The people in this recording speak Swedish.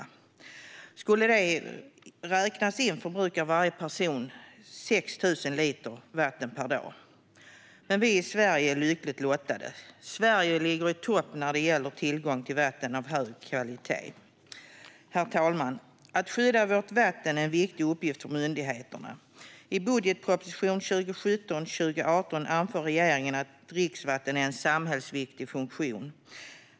Om det skulle räknas in förbrukar varje person 6 000 liter vatten per dag. Vi i Sverige är dock lyckligt lottade. Sverige ligger i topp när det gäller tillgång till vatten av hög kvalitet. Herr talman! Att skydda vårt vatten är en viktig uppgift för myndigheterna. I budgetpropositionen för 2017/2018 anför regeringen att dricksvatten är en samhällsviktig funktion.